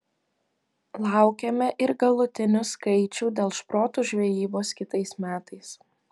laukiame ir galutinių skaičių dėl šprotų žvejybos kitais metais